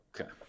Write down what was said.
Okay